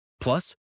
Plus